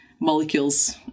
Molecules